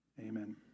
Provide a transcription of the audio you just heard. amen